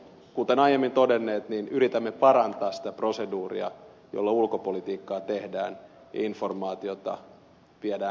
me kuten olemme aiemmin todenneet yritämme parantaa sitä proseduuria jolla ulkopolitiikkaa tehdään ja informaatiota viedään eteenpäin